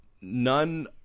none